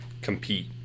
compete